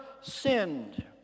sinned